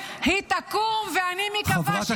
היא תקום, ואני מקווה שתקום.